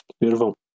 Beautiful